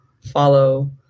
follow